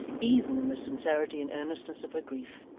even in the sincerity and earnestness of her grief?